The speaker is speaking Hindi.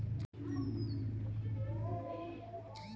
आप अपनी स्थानीय नर्सरी में पॉटेड प्लमेरिया के पौधे प्राप्त कर सकते है